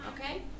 okay